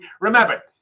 Remember